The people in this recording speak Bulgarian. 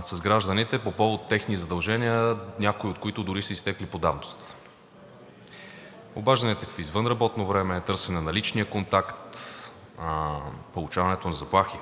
с гражданите по повод техни задължения, някои от които дори са изтекли по давност. Обажданията в извънработно време, търсене на личния контакт, получаването на заплахи